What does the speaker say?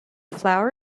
flower